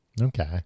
Okay